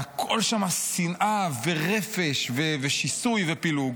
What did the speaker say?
והכול שמה שנאה ורפש ושיסוי ופילוג,